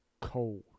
cold